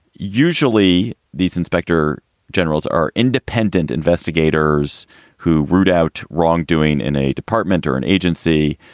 usually these inspector generals are independent investigators who root out wrongdoing in a department or an agency,